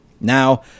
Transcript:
Now